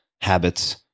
habits